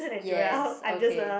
yes okay